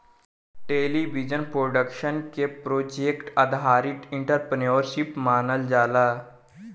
television production के project आधारित entrepreneurship मानल जाला